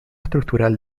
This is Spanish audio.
estructural